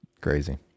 Crazy